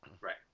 Right